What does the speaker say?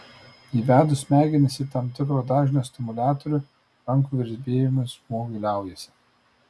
įvedus į smegenis tam tikro dažnio stimuliatorių rankų virpėjimas žmogui liaujasi